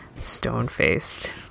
stone-faced